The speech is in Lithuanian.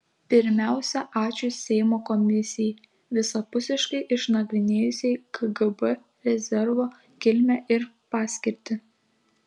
pirmiausia ačiū seimo komisijai visapusiškai išnagrinėjusiai kgb rezervo kilmę ir paskirtį